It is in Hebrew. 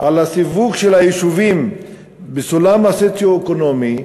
על הסיווג של היישובים בסולם הסוציו-אקונומי,